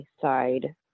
side